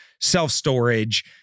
self-storage